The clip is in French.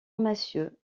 massieu